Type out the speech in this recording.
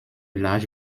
large